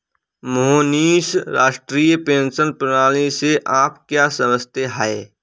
मोहनीश जी, राष्ट्रीय पेंशन प्रणाली से आप क्या समझते है?